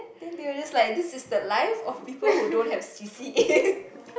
then they'll just like this is the life of people who don't have C_C_A